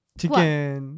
chicken